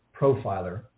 profiler